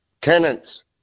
Tenants